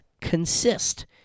consist